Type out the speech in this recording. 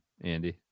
Andy